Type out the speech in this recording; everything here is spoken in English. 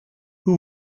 who